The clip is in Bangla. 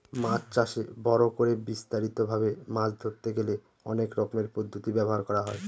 মাছ চাষে বড় করে বিস্তারিত ভাবে মাছ ধরতে গেলে অনেক রকমের পদ্ধতি ব্যবহার করা হয়